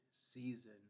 season